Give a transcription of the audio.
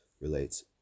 relates